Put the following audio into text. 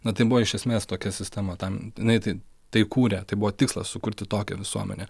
na tai buvo iš esmės tokia sistema tam jinai tai tai kūrė tai buvo tikslas sukurti tokią visuomenę